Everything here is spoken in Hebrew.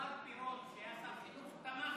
השר פירון שהיה שר חינוך, תמך